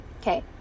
Okay